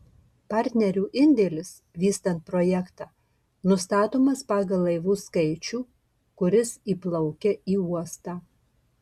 partnerių indėlis vystant projektą nustatomas pagal laivų skaičių kuris įplaukia į uostą